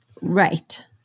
Right